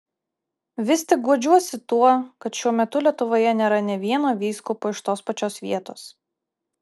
vis tik guodžiuosi tuo kad šiuo metu lietuvoje nėra nė vieno vyskupo iš tos pačios vietos